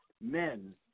men